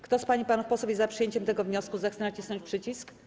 Kto z pań i panów posłów jest za przyjęciem tego wniosku, zechce nacisnąć przycisk.